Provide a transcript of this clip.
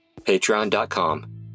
patreon.com